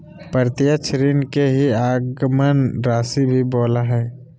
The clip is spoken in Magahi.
प्रत्यक्ष ऋण के ही आगमन राशी भी बोला हइ